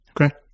Okay